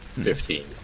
Fifteen